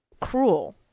cruel